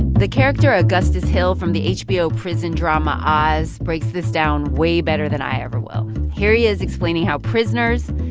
the character augustus hill from the hbo prison drama oz breaks this down way better than i ever will. here he is explaining how prisoners,